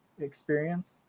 experience